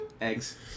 Eggs